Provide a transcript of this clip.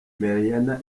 meriam